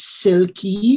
silky